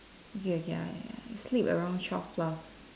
okay okay I I sleep around twelve plus